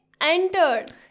entered